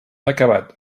acabat